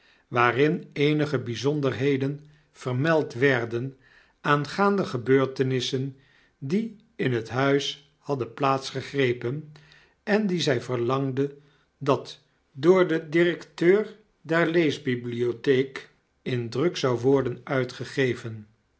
waarin eenige byzonderheden vermeld werden aangaande gebeurtenissen die in het huis hadden plaats gegrepen endiezy verlangde dat door den directeur der leesbibliotheek in druk zouden worden uitgegeven